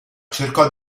cercò